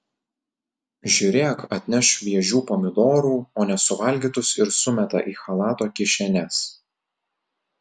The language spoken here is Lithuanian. žiūrėk atneš šviežių pomidorų o nesuvalgytus ir sumeta į chalato kišenes